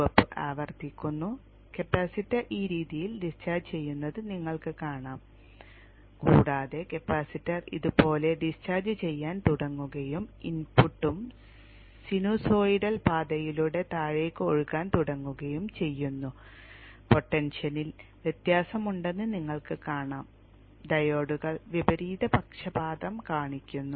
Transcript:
ചുവപ്പ് ആവർത്തിക്കുന്നു കപ്പാസിറ്റർ ഈ രീതിയിൽ ഡിസ്ചാർജ് ചെയ്യുന്നത് നിങ്ങൾക്ക് കാണാം കൂടാതെ കപ്പാസിറ്റർ ഇതുപോലെ ഡിസ്ചാർജ് ചെയ്യാൻ തുടങ്ങുകയും ഇൻപുട്ടും സിനുസോയിടൽ പാതയിലൂടെ താഴേക്ക് ഒഴുകാൻ തുടങ്ങുകയും ചെയ്യുന്നു പൊട്ടൻഷ്യനിൽ വ്യത്യാസമുണ്ടെന്ന് നിങ്ങൾക്ക് കാണാം ഡയോഡുകൾ വിപരീത പക്ഷപാതം കാണിക്കുന്നു